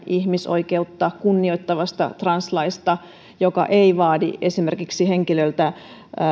ihmisoikeutta kunnioittavasta translaista joka ei vaadi esimerkiksi henkilöltä